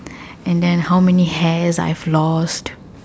and then how many hairs I've lost